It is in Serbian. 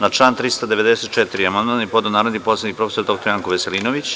Na član 394. amandman je podneo narodni poslanik prof. dr Janko Veselinović.